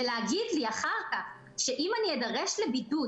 להגיד לי אחר כך שאם אני אדרש לבידוד,